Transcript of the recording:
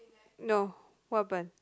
no what happen